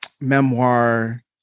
memoir